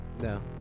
No